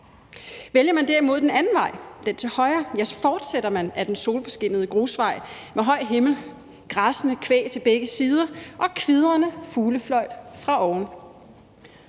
Vælger man derimod den anden vej, den til højre, fortsætter man ad den solbeskinnede grusvej med høj himmel, græssende kvæg til begge sider og kvidrende fuglefløjt fra oven.